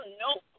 no